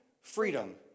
freedom